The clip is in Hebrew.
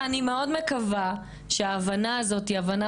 ואני מאוד מקווה שההבנה הזאת היא הבנה